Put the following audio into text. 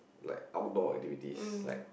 like outdoor activities like